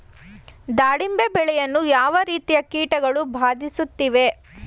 ದಾಳಿಂಬೆ ಬೆಳೆಯನ್ನು ಯಾವ ರೀತಿಯ ಕೀಟಗಳು ಬಾಧಿಸುತ್ತಿವೆ?